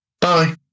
Bye